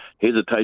hesitation